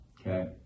Okay